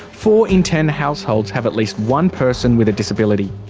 four in ten households have at least one person with a disability.